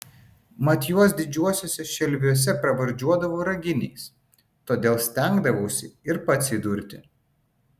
mat juos didžiuosiuose šelviuose pravardžiuodavo raginiais todėl stengdavausi ir pats įdurti